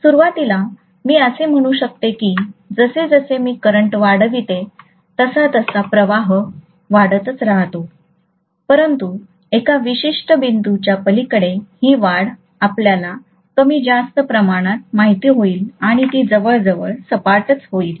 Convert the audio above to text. सुरुवातीला मी असे म्हणू शकतो की जसजसे मी करंट वाढवितो तसतसा प्रवाह वाढतच राहतो परंतु एका विशिष्ट बिंदूच्या पलीकडे ही वाढ आपल्याला कमी जास्त प्रमाणात माहित होईल आणि ती जवळजवळ सपाट होईल